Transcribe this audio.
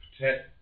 protect